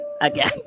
again